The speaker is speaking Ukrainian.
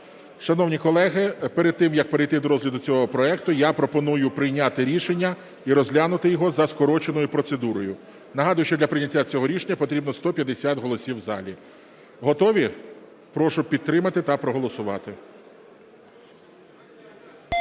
Шановні колеги, перед тим, як перейти до розгляду цього проекту, я пропоную прийняти рішення і розглянути його за скороченою процедурою. Нагадую, що для прийняття цього рішення потрібно 150 голосів у залі. Готові? Прошу підтримати та проголосувати.